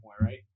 right